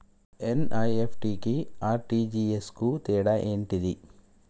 NEFT కి RTGS కు తేడా ఏంటిది?